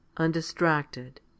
undistracted